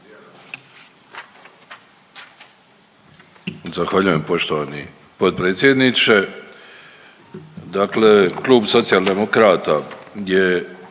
Zahvaljujem poštovani potpredsjedniče. Dakle klub Socijaldemokrata je